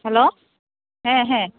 hello ᱦᱮᱸ ᱦᱮᱸ